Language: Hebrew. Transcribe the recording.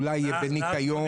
אולי בניקיון,